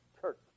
church